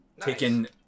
Taken